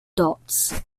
dots